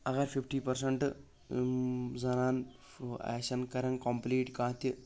اگر fifty percent زنان آسن کرن کمپٕلیٖٹ کانٛہہ تہِ